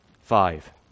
Five